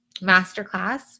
masterclass